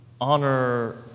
honor